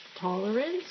tolerance